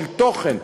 של תוכן,